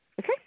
Okay